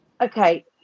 Okay